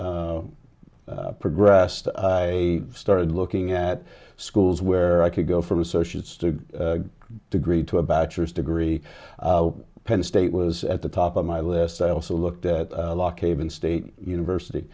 progressed i started looking at schools where i could go from associates to a degree to a bachelor's degree penn state was at the top of my list i also looked at luck even state university